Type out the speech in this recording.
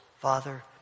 Father